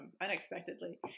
unexpectedly